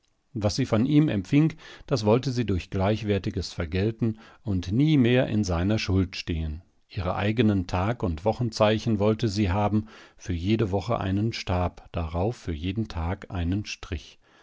was sie von ihm empfing das wollte sie durch gleichwertiges vergelten und nie mehr in seiner schuld stehen ihre eigenen tag und wochenzeichen wollte sie haben für jede woche einen stab darauf für jeden tag einen strich